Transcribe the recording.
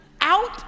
out